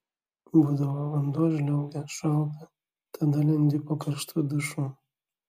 būdavo vanduo žliaugia šalta tada lendi po karštu dušu